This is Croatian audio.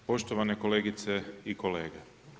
Poštovane kolegice i kolege.